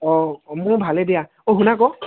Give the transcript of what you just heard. অঁ মোৰ ভালে দিয়া অ' শুনা আকৌ